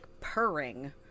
purring